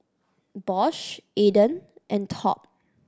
Bosch Aden and Top